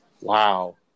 Wow